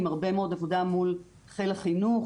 עם הרבה מאוד עבודה מול חיל החינוך,